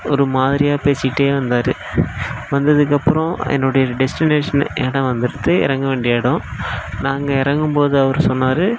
ஒரு மாதிரியாக பேசிட்டே வந்தார் வந்ததுக்கப்பறம் என்னோடய டெஸ்டினேஷன் எடம் வந்திருக்கு இறங்க வேண்டிய எடம் நாங்கள் இறங்கும்போது அவர் சொன்னார்